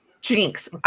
jinx